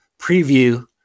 preview